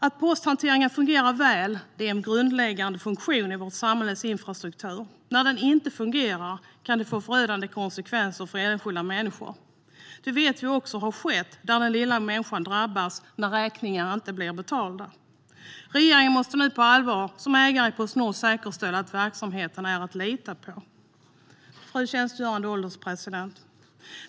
En väl fungerande posthantering är en grundläggande funktion i vårt samhälles infrastruktur. När den inte fungerar kan det få förödande konsekvenser för enskilda människor. Detta vet vi också har skett. Den lilla människan drabbas när räkningar inte blir betalda. Regeringen måste nu på allvar som ägare i Postnord säkerställa att verksamheten är att lita på. Fru ålderspresident!